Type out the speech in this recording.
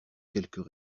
quelques